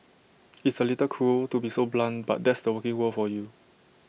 it's A little cruel to be so blunt but that's the working world for you